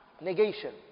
negation